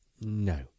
No